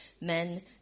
men